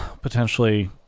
potentially